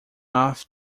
off